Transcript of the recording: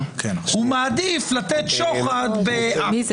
תני לי